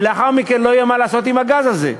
כשלאחר מכן לא יהיה מה לעשות עם הגז הזה.